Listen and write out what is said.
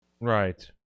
Right